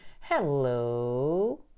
Hello